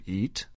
eat